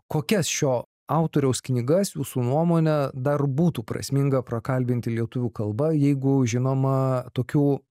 kokias šio autoriaus knygas jūsų nuomone dar būtų prasminga prakalbinti lietuvių kalba jeigu žinoma tokių